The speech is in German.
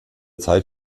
zeit